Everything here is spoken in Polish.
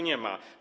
Nie ma.